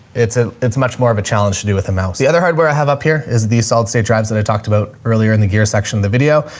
it's a, it's much more of a challenge to do with a mouse. the other hardware i have up here is the solid state drives that i talked about earlier in the gear section of the video.